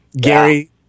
Gary